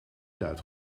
duit